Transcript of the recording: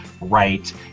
right